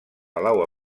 palau